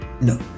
No